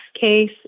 case